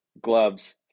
gloves